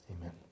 Amen